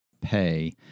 pay